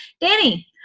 Danny